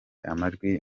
amajwi